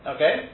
Okay